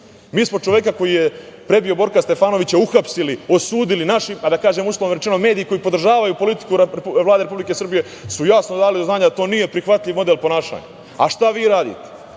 Mi smo čoveka koji je prebio Borka Stefanovića uhapsili, osudili, a mediji koji podržavaju politiku Vlade Republike Srbije su jasno dali do znanja da to nije prihvatljiv model ponašanja, a šta vi